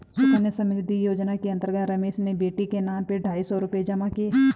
सुकन्या समृद्धि योजना के अंतर्गत रमेश ने बेटी के नाम ढाई सौ रूपए जमा किए